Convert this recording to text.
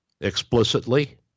explicitly